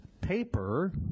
paper